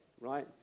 right